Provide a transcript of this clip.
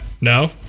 No